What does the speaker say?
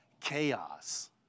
chaos